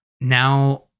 now